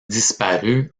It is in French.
disparu